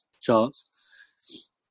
charts